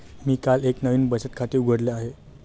मी काल एक नवीन बचत खाते उघडले आहे